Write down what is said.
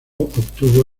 obtuvo